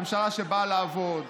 ממשלה שבאה לעבוד,